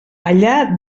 allà